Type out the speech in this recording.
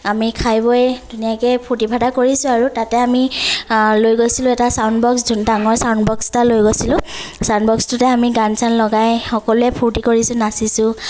আমি খাই বৈ ধুনীয়াকৈ ফূৰ্তি ফাৰ্তা কৰিছো আৰু তাতে আমি লৈ গৈছিলো এটা ছাউণ্ড বক্স ডাঙৰ ছাউণ্ড বক্স এটা লৈ গৈছিলো ছাউণ্ড বক্সটোতে আমি গান চান লগাই সকলোৱে ফূৰ্তি কৰিছো নাচিছো